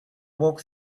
walk